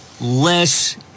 less